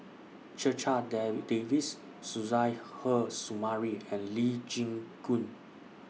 Checha Davies Suzairhe Sumari and Lee Chin Koon